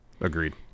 Agreed